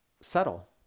settle